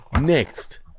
Next